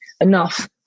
enough